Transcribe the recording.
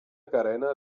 carena